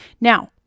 Now